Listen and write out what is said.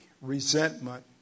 resentment